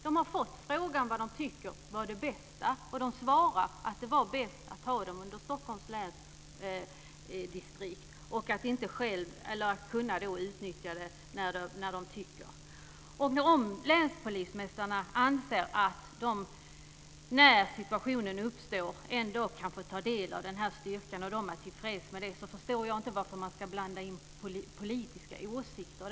De har fått frågan vad de tycker vore det bästa, och de har svarat att det bästa vore att ha insatsstyrkan under Stockholms läns polisdistrikt och att kunna utnyttja den när de tycker att det behövs. Om länspolismästarna anser att de när behovet uppstår ändå kan få ta del av insatsstyrkan och de är tillfreds med det, förstår jag inte varför man ska blanda in politiska åsikter.